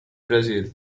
brazil